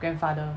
grandfather